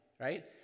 right